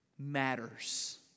matters